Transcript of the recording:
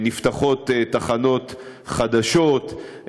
נפתחות תחנות חדשות,